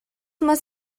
мас